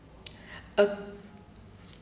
a